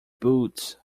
boots